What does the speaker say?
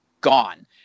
gone